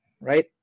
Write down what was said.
right